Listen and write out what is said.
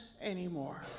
anymore